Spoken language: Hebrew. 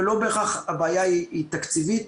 ולא בהכרח הבעיה היא תקציבית.